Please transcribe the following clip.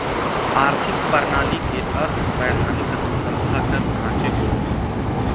आर्थिक प्रणाली के अर्थ वैधानिक तथा संस्थागत ढांचे होवो हइ